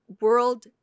World